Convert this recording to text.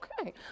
Okay